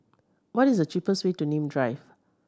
what is the cheapest way to Nim Drive